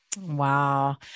Wow